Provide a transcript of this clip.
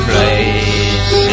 place